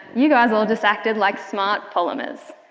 you guys all just acted like smart polymers.